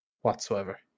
whatsoever